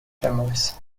families